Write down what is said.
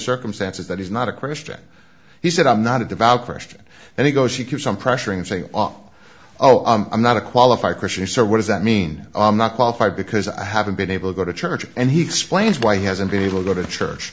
circumstances that is not a christian he said i'm not a devout christian and he goes she keeps on pressuring say off oh i'm not a qualify christian so what does that mean i'm not qualified because i haven't been able to go to church and he explains why he hasn't been able go to church